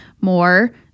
more